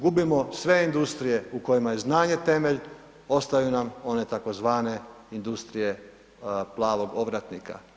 Gubimo sve industrije u kojima je znanje temelj, ostaju nam one tzv. industrije plavog ovratnika.